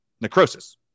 necrosis